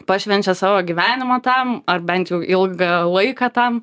pašvenčia savo gyvenimą tam ar bent jau ilgą laiką tam